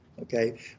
okay